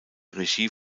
regie